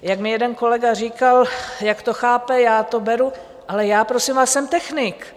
Jak mi jeden kolega říkal, jak to chápe, já to beru, ale já prosím vás jsem technik.